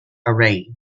array